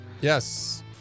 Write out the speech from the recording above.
Yes